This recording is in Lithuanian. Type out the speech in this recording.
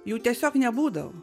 jų tiesiog nebūdavo